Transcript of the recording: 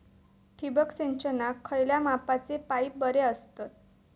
ठिबक सिंचनाक खयल्या मापाचे पाईप बरे असतत?